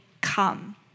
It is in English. come